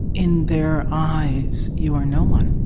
in their eyes, you are no one?